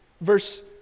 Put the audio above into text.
Verse